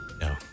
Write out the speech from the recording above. No